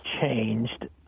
changed